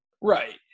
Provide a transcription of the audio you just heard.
Right